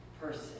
person